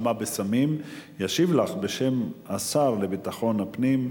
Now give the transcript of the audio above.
ישיב לך, בשם השר לביטחון הפנים,